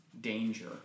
danger